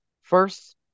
first